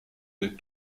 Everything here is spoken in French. des